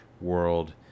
world